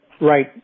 right